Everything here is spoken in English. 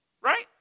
right